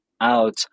out